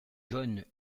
john